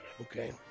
Okay